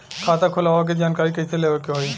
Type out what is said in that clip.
खाता खोलवावे के जानकारी कैसे लेवे के होई?